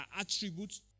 attributes